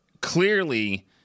clearly